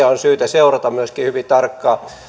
on syytä seurata myöskin hyvin tarkkaan